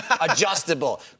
Adjustable